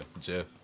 Jeff